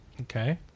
Okay